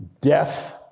death